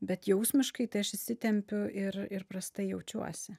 bet jausmiškai tai aš įsitempiu ir ir prastai jaučiuosi